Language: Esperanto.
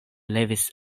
levis